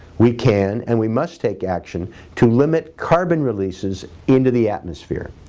we can and we must take action to limit carbon releases into the atmosphere.